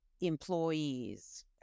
employees